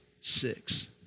six